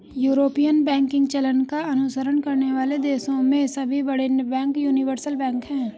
European banking चलन का अनुसरण करने वाले देशों में सभी बड़े बैंक यूनिवर्सल बैंक हैं